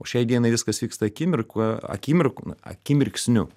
o šiai dienai viskas vyksta akimirką akimirk akimirksniu